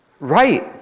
right